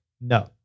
no